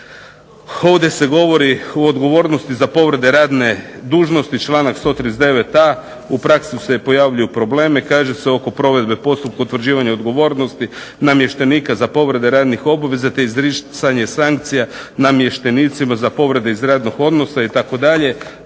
ovdje se govori o odgovornosti za povrede radne dužnosti, članak 139.a "U praksi se pojavljuju problemi kaže se oko provedbe postupka utvrđivanja odgovornosti namještenika za povrede radnih obveza, te izricanje sankcija namještenicima za povrede iz radnog odnosa" itd.